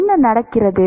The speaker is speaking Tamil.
என்ன நடக்கிறது